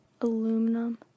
aluminum